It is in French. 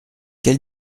quel